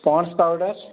pond's powder